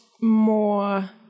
more